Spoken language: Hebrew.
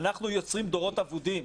אנחנו יוצרים דורות אבודים.